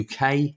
UK